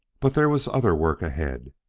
but there was other work ahead,